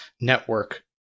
network